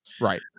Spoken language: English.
Right